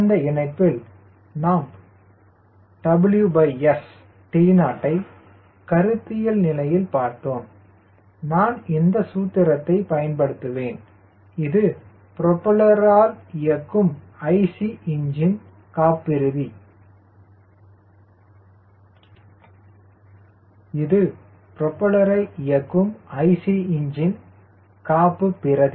அந்த இணைப்பில் நாம் WST0ஐ கருத்தியல் நிலையில் பார்த்தோம் நான் இந்த சூத்திரத்தை பயன்படுத்துவேன் இது புரோப்பல்லரை இயக்கும் ஐசி இஞ்சின் காப்புப்பிரதி